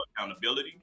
accountability